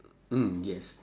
mm yes